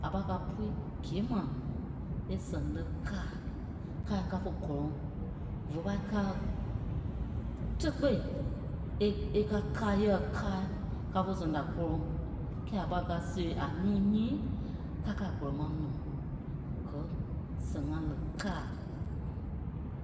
À pâi ká pûi gîe ma é sɛŋ lɛ́ kâa. Káai káfe gɔlɔŋ, vé pâi ká tekpei é- é ká káa yɛ̂ɛ káai káfe sɛŋ da kɔ́lɔŋ. Kɛ́ɛ a pâi ká siɣêi a núu nyíi kákɛ a gɔlɛ ma nuu gɛ́ sãŋa lɛ kâa.